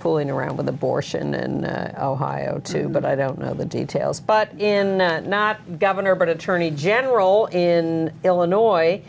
fooling around with abortion and two but i don't know the details but in not governor but attorney general in illinois